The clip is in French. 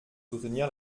soutenir